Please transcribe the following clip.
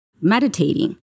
meditating